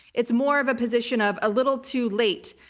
it's more of a position of a little too late,